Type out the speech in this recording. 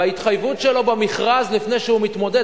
בהתחייבות שלו במכרז לפני שהוא מתמודד,